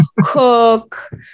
cook